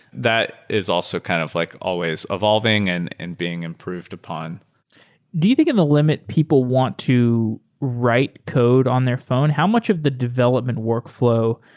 that is also kind of like always evolving and and being improved upon do you think in the limit, people want to write code on their phone? how much of the development workflow.